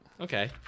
okay